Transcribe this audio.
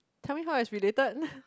tell me how it's related